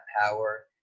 power